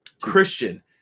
Christian